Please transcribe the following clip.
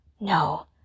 No